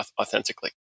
authentically